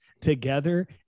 together